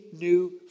new